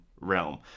realm